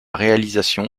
réalisation